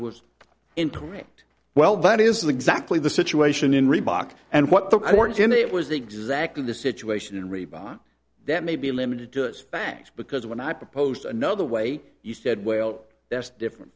was incorrect well that is exactly the situation in reebok and what the court to me it was exactly the situation and reebok that may be limited to its facts because when i proposed another way you said well there's different